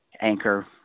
anchor